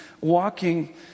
walking